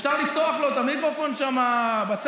אפשר לפתוח לו את המיקרופון שם בצד,